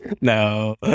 No